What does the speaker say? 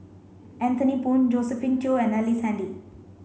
Anthony Poon Josephine Teo and Ellice Handy